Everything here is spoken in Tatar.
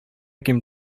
ким